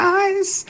eyes